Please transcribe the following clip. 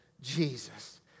Jesus